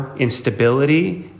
instability